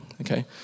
okay